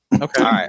Okay